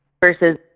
Versus